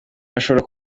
bashobora